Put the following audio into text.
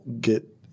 get